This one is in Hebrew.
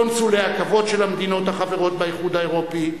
קונסולי הכבוד של המדינות החברות באיחוד האירופי,